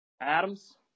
Adams